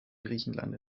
griechenland